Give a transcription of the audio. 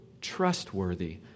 trustworthy